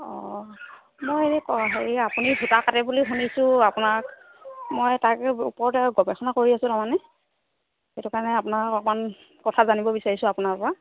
অ' মই এনে হেৰি আপুনি সূতা কাটে বুলি শুনিছোঁ আপোনাক মই তাকে ওপৰতে গৱেষণা কৰি আছোঁ তাৰমানে সেইটো কাৰণে আপোনাক অকণমান কথা জানিব বিচাৰিছোঁ আপোনাৰ পৰা